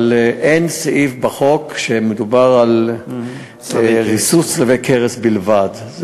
אבל אין סעיף בחוק שמדבר על ריסוס צלבי קרס בלבד.